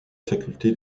faculté